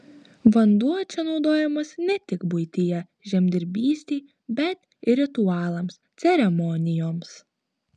vanduo čia naudojamas ne tik buityje žemdirbystei bet ir ritualams ceremonijoms